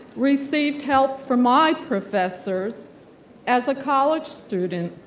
received help from my professors as a college student.